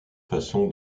façon